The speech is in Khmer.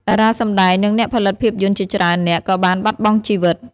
តារាសម្ដែង និងអ្នកផលិតភាពយន្តជាច្រើននាក់ក៏បានបាត់បង់ជីវិត។